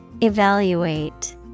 Evaluate